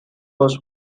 was